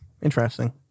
Interesting